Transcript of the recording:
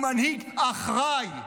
הוא מנהיג אחראי,